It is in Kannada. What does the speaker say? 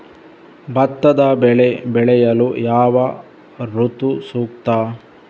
ಭತ್ತದ ಬೆಳೆ ಬೆಳೆಯಲು ಯಾವ ಋತು ಸೂಕ್ತ?